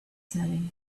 setting